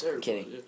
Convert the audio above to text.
kidding